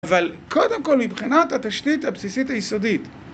אבל קודם כל מבחינת התשתית הבסיסית היסודית